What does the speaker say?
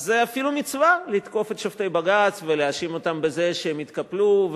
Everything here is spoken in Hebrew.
אז זו אפילו מצווה לתקוף את שופטי בג"ץ ולהאשים אותם שהם התקפלו,